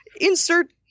insert